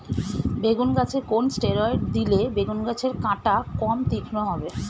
বেগুন গাছে কোন ষ্টেরয়েড দিলে বেগু গাছের কাঁটা কম তীক্ষ্ন হবে?